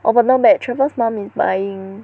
oh my mum met Trevor 's mom is buying